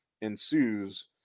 ensues